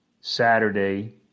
Saturday